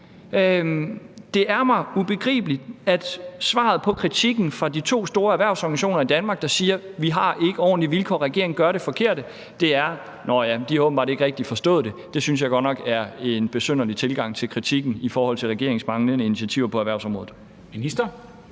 Det er mig ubegribeligt, at svaret på kritikken fra de to store erhvervsorganisationer i Danmark, der siger, at de ikke har ordentlige vilkår, og at regeringen gør det forkerte, er: Nå ja, men de har åbenbart ikke rigtig forstået det. Det synes jeg godt nok er en besynderlig tilgang til kritikken i forhold til regeringens manglende initiativer på erhvervsområdet. Kl.